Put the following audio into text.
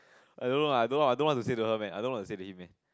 I don't know I don't want I don't want to say to her man I don't want to say to him leh